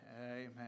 amen